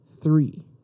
three